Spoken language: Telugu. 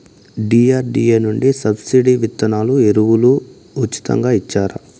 డి.ఆర్.డి.ఎ నుండి సబ్సిడి విత్తనాలు ఎరువులు ఉచితంగా ఇచ్చారా?